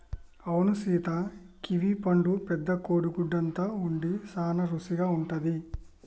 అవును సీత కివీ పండు పెద్ద కోడి గుడ్డు అంత ఉండి సాన రుసిగా ఉంటది